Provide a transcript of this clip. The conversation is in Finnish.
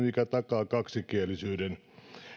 mikä takaa kaksikielisyyden